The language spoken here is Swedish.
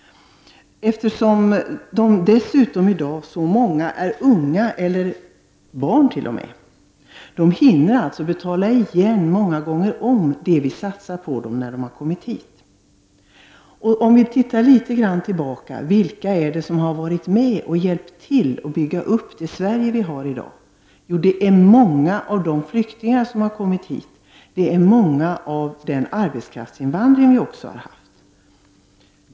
Dessutom är många av flyktingarna i dag unga och t.o.m. barn. De hinner alltså betala igen många gånger om det vi satsar på dem när de kommer hit. Vilka är det då som har varit med och hjälpt till att bygga upp det Sverige som vi har i dag? Det är många av de flyktingar som har kommit hit. Det är många av de arbetskraftsinvandrare som kom hit.